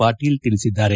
ಪಾಟೀಲ್ ತಿಳಿಸಿದ್ದಾರೆ